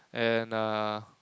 and uh